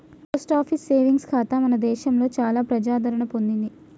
post office saving ఖాతా మన దేశంలో చాలా ప్రజాదరణ పొందింది